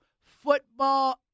football